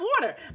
water